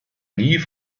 nie